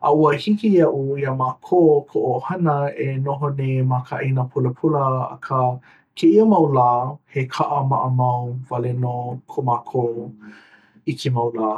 a ua hiki iaʻu iā mākou koʻu ʻohana e noho nei ma ka ʻāina pulapula akā kēia mau lā he kaʻa maʻamau wale nō ko mākou i kēia mau lā.